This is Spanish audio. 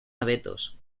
abetos